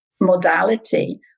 modality